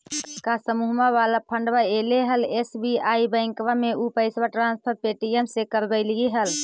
का समुहवा वाला फंडवा ऐले हल एस.बी.आई बैंकवा मे ऊ पैसवा ट्रांसफर पे.टी.एम से करवैलीऐ हल?